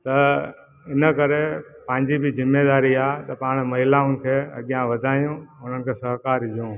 त इनकरे पंहिंजी बि जिमेदारी आहे की पाण महिलाउनि खे अॻियां वधायूं उन्हनि खे सहकारु ॾियूं